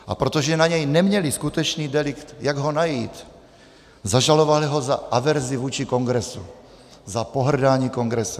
A protože na něj neměli skutečný delikt, jak ho najít, zažalovali ho za averzi vůči Kongresu, za pohrdání Kongresem.